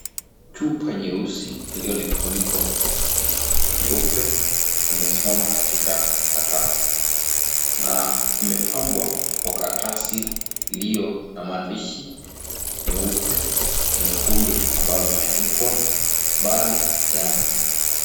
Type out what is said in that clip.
Chupa nyeusi ilio na kifuniko nyeupe, imesimama katika sakafu na imepambwa kwa karatasi liyo na maandishi meupe, mekundu ambayo wameandikwa BALIJAAM.